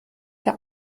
der